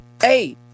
Hey